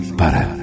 para